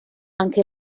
anche